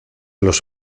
los